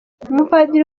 umupadiri